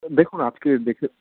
দেখুন আজকে দেখে